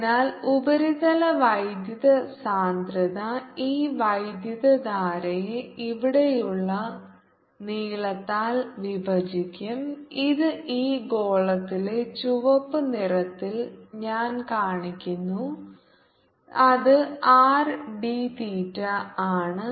അതിനാൽ ഉപരിതല വൈദ്യുത സാന്ദ്രത ഈ വൈദ്യുതധാരയെ ഇവിടെയുള്ള നീളത്താൽ വിഭജിക്കും ഇത് ഈ ഗോളത്തിലെ ചുവപ്പ് നിറത്തിൽ ഞാൻ കാണിക്കുന്നു അത് R d തീറ്റയാണ്